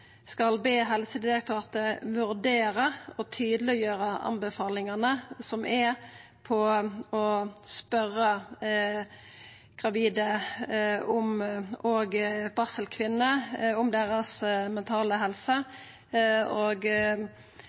skal be Helsedirektoratet vurdera og tydeleggjera anbefalingane som går på å spørja dei gravide og barselkvinnene om deira mentale helse.